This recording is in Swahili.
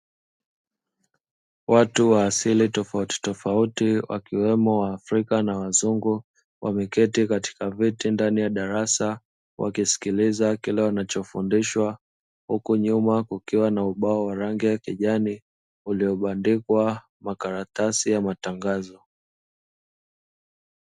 Watu wa asili tofautitofauti wakiwemo waafrika na wazungu wameketi katika viti ndani ya darasa wakisikiliza kile wanachofundishwa, huku nyuma kukiwa na ubao wa rangi ya kijani, uliobandikwa makaratasi ya matangazo.